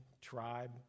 tribe